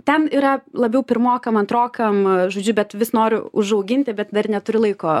ten yra labiau pirmokam antrokam žodžiu bet vis noriu užauginti bet dar neturiu laiko